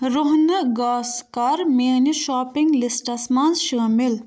روہنہٕ گاسہٕ کر میٲنِس شاپِنگ لسٹس منز شٲمل